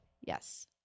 yes